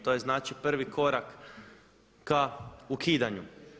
To je znači prvi korak ka ukidanju.